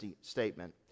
statement